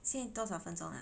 现在多少分钟了